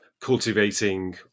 cultivating